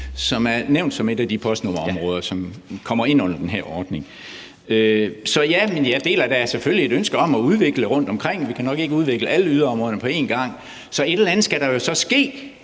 som er nævnt som et af de postnummerområder, som kommer ind under den her ordning. Men jeg deler da selvfølgelig et ønske om at udvikle rundtomkring – vi kan nok ikke udvikle alle yderområderne på en gang. Så et eller andet skal der jo ske,